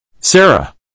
sarah